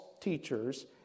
teachers